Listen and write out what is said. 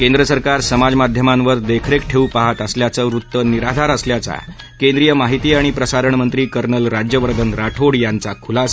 केंद्र सरकार समाजमाध्यमांवर देररेख ठेऊ पाहात असल्याचं वृत्त निराधार असल्याचं केंद्रीय माहिती आणि प्रसारणमंत्री कर्नल राज्यवर्धन राठोड यांचा खुलासा